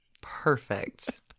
Perfect